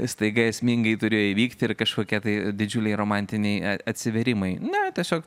staiga esmingai turėjo įvykti ir kažkokie tai didžiuliai romantiniai atsivėrimai na tiesiog